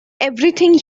everything